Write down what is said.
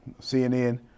CNN